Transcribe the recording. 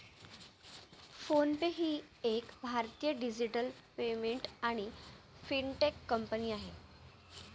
phone पे ही एक भारतीय डिजिटल पेमेंट आणि फिनटेक कंपनी आहे